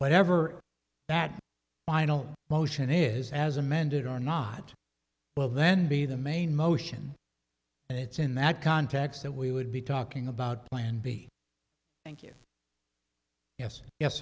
whatever that final motion is as amended or not well then be the main motion and it's in that context that we would be talking about plan b thank you yes yes